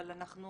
אבל אנחנו